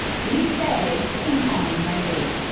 we say, in common language,